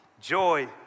joy